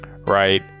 right